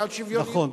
נכון.